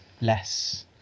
less